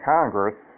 Congress